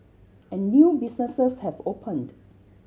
and new businesses have opened